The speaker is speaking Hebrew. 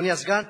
אדוני הסגן,